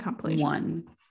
one